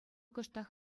кӑштах